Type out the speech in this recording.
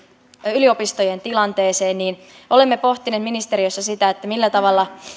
yliopistojen tilanteeseen olemme pohtineet ministeriössä sitä millä tavalla